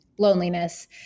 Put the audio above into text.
loneliness